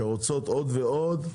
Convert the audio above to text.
שרוצות עוד ועוד,